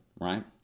right